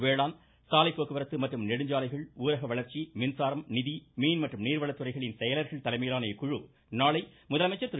வேளாண் சாலை போக்குவரத்து மற்றும் நெடுஞ்சாலைகள் ஊரக வளர்ச்சி மின்சாரம் நிதி மீன் மற்றும் நீர்வளத் துறைகளின் செயலர்கள் தலைமையிலான இக்குழு நாளை முதலமைச்சர் திரு